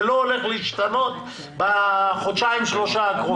זה לא הולך להשתנות בחודשיים-שלושה הקרובים.